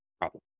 problem